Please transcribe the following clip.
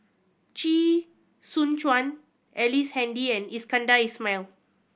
Chee Soon Juan Ellice Handy and Iskandar Ismail